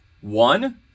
One